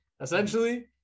essentially